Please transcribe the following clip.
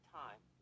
time